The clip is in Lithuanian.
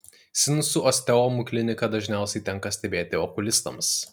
sinusų osteomų kliniką dažniausiai tenka stebėti okulistams